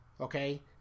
okay